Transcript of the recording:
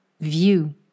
view